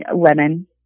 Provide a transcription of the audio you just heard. lemon